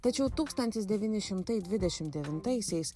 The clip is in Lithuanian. tačiau tūkstantis devyni šimtai dvidešim devintaisiais